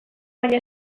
maila